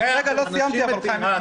--- לא סיימתי, חיים.